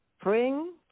spring